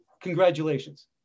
congratulations